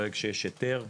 ברגע שיש היתר,